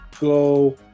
go